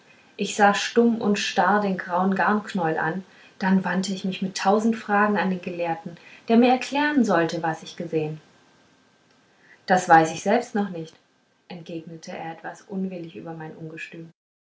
ich sah stumm und starr den grauen garnknäuel an dann wandte ich mich mit tausend fragen an den gelehrten der mir erklären sollte was ich gesehen das weiß ich selbst noch nicht entgegnete er etwas unwillig über meinen